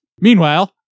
Meanwhile